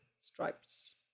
stripes